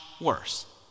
worse